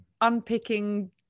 unpicking